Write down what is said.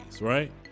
right